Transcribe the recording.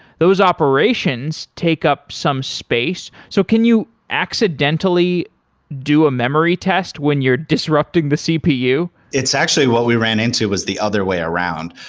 those operations take up some space. so can you accidentally do a memory test when you're disrupting the cpu? actually, what we ran into was the other way around.